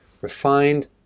refined